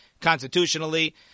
constitutionally